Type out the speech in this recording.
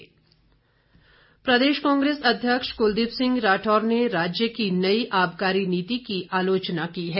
राठौर प्रदेश कांग्रेस अध्यक्ष कुलदीप सिंह राठौर ने राज्य की नई आबकारी नीति की आलोचना की है